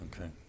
Okay